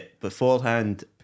Beforehand